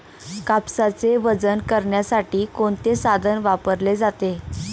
कापसाचे वजन करण्यासाठी कोणते साधन वापरले जाते?